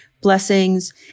blessings